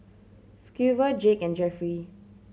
Schuyler Jake and Jeffrey